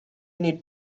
need